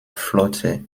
flotte